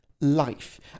life